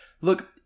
look